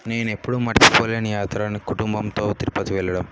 నేను ఎప్పుడూ మరచిపోలేని యాత్రని కుటుంబంతో తిరుపతి వెళ్ళడము